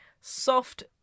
Soft